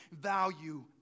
value